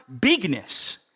bigness